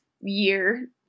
year